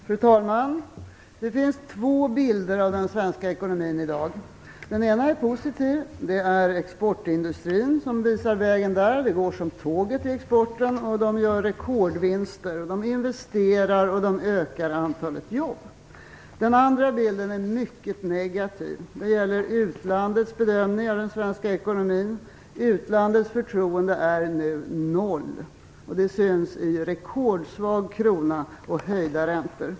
Fru talman! Det finns två bilder av den svenska ekonomin i dag. Den ena är positiv. Det är exportindustrin som visar vägen där. Det går som tåget i exporten. De gör rekordvinster, och de investerar och ökar antalet jobb. Den andra bilden är mycket negativ. Den gäller utlandets bedömning av den svenska ekonomin. Utlandets förtroende är nu noll. Det syns i rekordsvag krona och höjda räntor.